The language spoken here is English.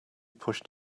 pushed